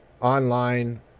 online